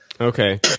Okay